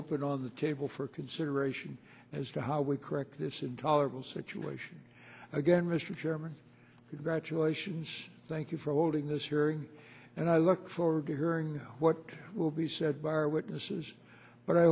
open on the table for consideration as to how we correct this intolerable situation again mr chairman congratulations thank you for holding this hearing and i look forward to hearing what will be said by our witnesses but i